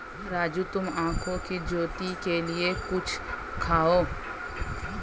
राजू तुम आंखों की ज्योति के लिए कद्दू खाओ